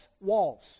walls